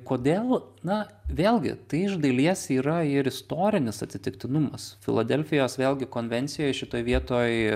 kodėl na vėlgi tai iš dalies yra ir istorinis atsitiktinumas filadelfijos vėlgi konvencijoj šitoj vietoj